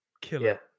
killer